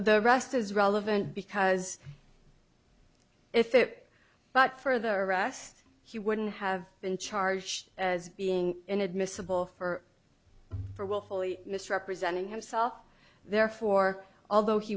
the rest is relevant because if it but further rest he wouldn't have been charged as being inadmissible for for willfully misrepresenting himself therefore although he